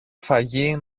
φαγί